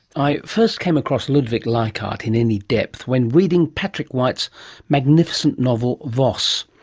i first came across ludwig leichhardt in any depth when reading patrick white's magnificent novel voss.